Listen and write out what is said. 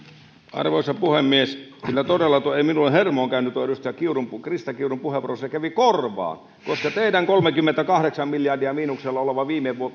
arvoisa puhemies ei minulla hermoon käynyt tuo edustaja krista kiurun puheenvuoro se kävi korvaan teidän kolmekymmentäkahdeksan miljardia miinuksella oleva